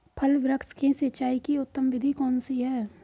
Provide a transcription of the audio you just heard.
फल वृक्ष की सिंचाई की उत्तम विधि कौन सी है?